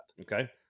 Okay